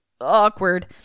awkward